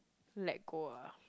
let go ah